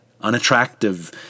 unattractive